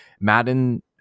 Madden